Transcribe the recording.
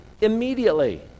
immediately